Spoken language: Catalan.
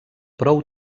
prou